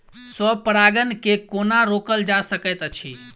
स्व परागण केँ कोना रोकल जा सकैत अछि?